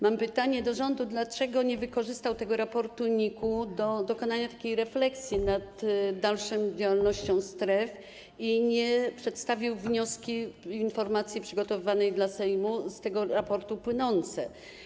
Mam pytanie do rządu, dlaczego nie wykorzystał tego raportu NIK-u do takiej refleksji nad dalszą działalnością stref i nie przedstawił wniosku, informacji przygotowanej dla Sejmu z tego raportu płynącej.